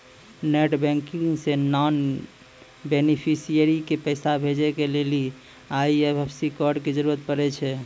net banking से non beneficiary के पैसा भेजै के लेली आई.एफ.एस.सी कोड के जरूरत पड़ै छै